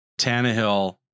Tannehill